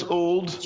old